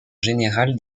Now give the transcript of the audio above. général